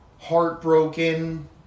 Heartbroken